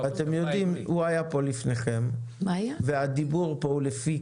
-- הוא היה פה לפני כן, והדיבור פה הוא לפני